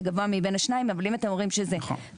מבין השניים, אבל אם אתם אומרים שזה --- נכון.